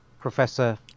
Professor